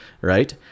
right